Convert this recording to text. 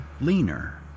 leaner